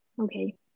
okay